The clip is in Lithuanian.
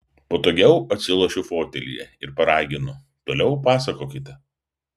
patogiau atsilošiu fotelyje ir paraginu toliau pasakokite